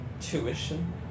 Tuition